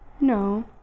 No